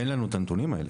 אין לנו הנתונים האלה.